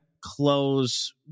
close